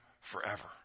forever